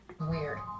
Weird